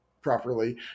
properly